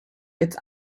its